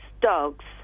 dogs